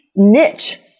Niche